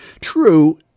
True